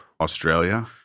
Australia